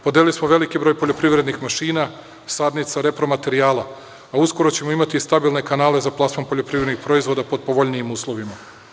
Podelili smo veliki broj poljoprivrednih mašina, sadnica, repromaterijala, a uskoro ćemo imati stabilne kanale za plasman poljoprivrednih proizvoda pod povoljnijim uslovima.